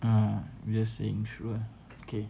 uh we just saying true ah okay